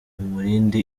umurindi